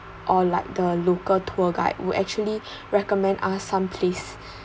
or like the local tour guide would actually recommend ah some place